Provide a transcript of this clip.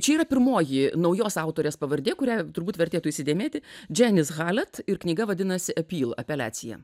čia yra pirmoji naujos autorės pavardė kurią turbūt vertėtų įsidėmėti dženis halet ir knyga vadinasi epyl apeliacija